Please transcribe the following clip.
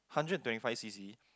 hundred and twenty five C_C